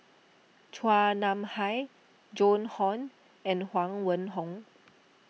Chua Nam Hai Joan Hon and Huang Wenhong